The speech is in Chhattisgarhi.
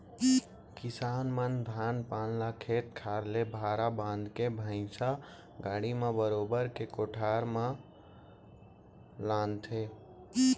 किसान मन धान पान ल खेत खार ले भारा बांध के भैंइसा गाड़ा म बरोबर भर के कोठार म लानथें